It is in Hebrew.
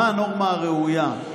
מה הנורמה הראויה?